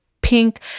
pink